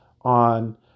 on